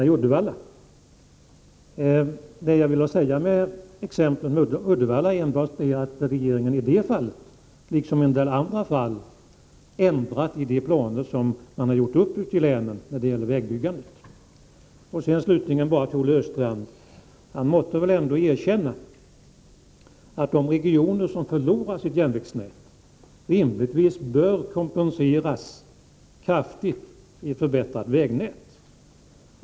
Herr talman! Jag har inte kritiserat insatserna i Uddevalla. Med exemplet Uddevalla ville jag enbart ha sagt att regeringen i det fallet, liksom i en del andra fall, har ändrat i de planer för vägbyggandet som har gjorts upp ute i länen. Olle Östrand måtte väl ändå erkänna att de regioner som förlorar sitt järnvägsnät rimligtvis bör kompenseras kraftigt med ett förbättrat vägnät.